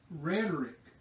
rhetoric